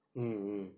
mm mm